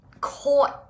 caught